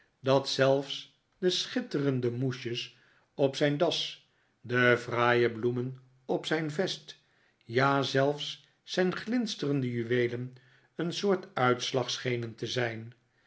dat zelfs de schitterende moesjes op zijn das de fraaie bloemen op zijn vest ja zelfs zijn glinsterende juweelen een soort uitslag schenen te zijn